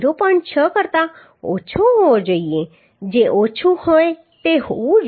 6 કરતા ઓછો હોવો જોઈએ જે ઓછું હોય તે હોવું જોઈએ